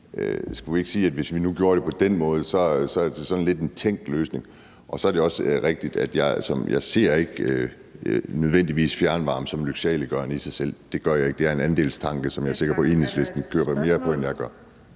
skulle vi så ikke sige, at det, hvis vi nu gjorde det på den måde, var sådan en lidt tænkt løsning? Så er det jo også rigtigt, at jeg ikke nødvendigvis ser fjernvarme som noget, der er lyksaliggørende i sig selv, men det er en andelstanke, som jeg er sikker på at Enhedslisten køber mere ind på, end jeg gør.